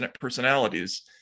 personalities